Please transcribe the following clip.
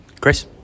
Chris